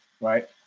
right